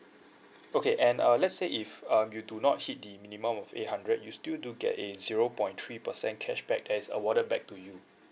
okay and uh let's say if uh you do not hit the minimum of eight hundred you still do get a zero point three percent cashback as a water back to you